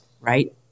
right